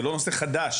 זה לא נושא חדש.